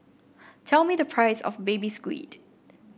tell me the price of Baby Squid